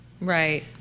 right